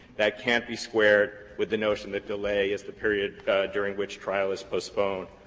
that can't be squared with the notion that delay is the period during which trial is postponed.